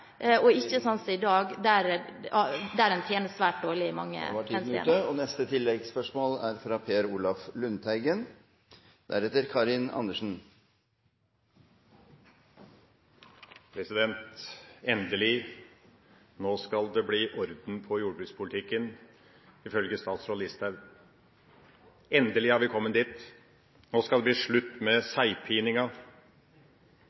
som i dag, der man tjener svært dårlig i mange henseender. Per Olaf Lundteigen – til oppfølgingsspørsmål. Endelig – nå skal det bli orden på jordbrukspolitikken ifølge statsråd Listhaug. Endelig har vi kommet dit. Nå skal det bli slutt med